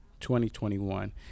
2021